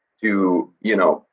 to, y'know,